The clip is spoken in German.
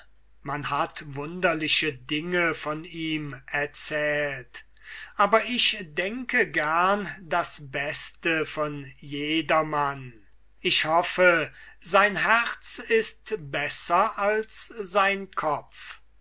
man hat wunderliche dinge von ihm erzählt aber ich denke gern das beste von jedermann ich hoffe sein herz ist besser als sein kopf